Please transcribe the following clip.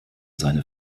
seine